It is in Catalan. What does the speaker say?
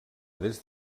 des